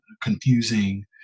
confusing